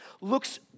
looks